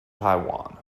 taiwan